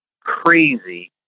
crazy